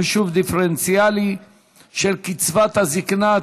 חישוב דיפרנציאלי של קצבת הזקנה),